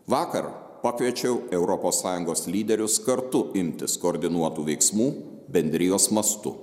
vakar pakviečiau europos sąjungos lyderius kartu imtis koordinuotų veiksmų bendrijos mastu